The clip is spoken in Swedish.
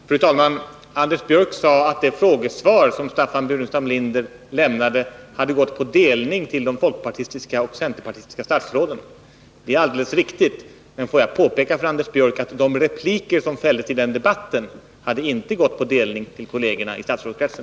Fru talman! Anders Björck sade att det frågesvar som Staffan Burenstam Linder lämnade hade gått på delning till de folkpartistiska och centerpartistiska statsråden. Det är alldeles riktigt. Men får jag för Anders Björck påpeka att de repliker som fälldes i själva debatten inte hade gått på delning till kollegerna i statsrådskretsen.